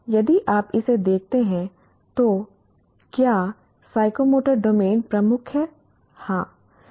यदि आप इसे देखते हैं तो क्या साइकोमोटर डोमेन प्रमुख है